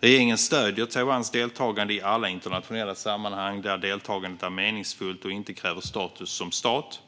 Regeringen stöder Taiwans deltagande i alla internationella sammanhang där deltagandet är meningsfullt och inte kräver status som stat.